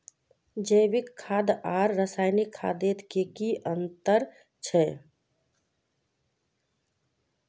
जैविक खाद आर रासायनिक खादोत की अंतर छे?